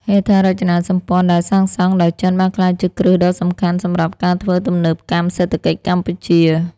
ហេដ្ឋារចនាសម្ព័ន្ធដែលសាងសង់ដោយចិនបានក្លាយជាគ្រឹះដ៏សំខាន់សម្រាប់ការធ្វើទំនើបកម្មសេដ្ឋកិច្ចកម្ពុជា។